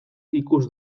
ikus